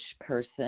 person